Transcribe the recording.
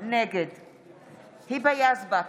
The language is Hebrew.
נגד היבה יזבק,